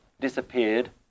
disappeared